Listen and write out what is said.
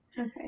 okay